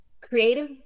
creative